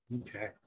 okay